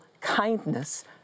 kindness